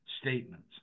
statements